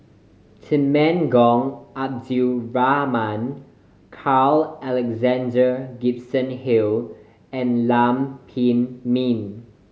Temenggong Abdul Rahman Carl Alexander Gibson Hill and Lam Pin Min